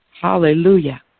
Hallelujah